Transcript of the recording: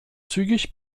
zügig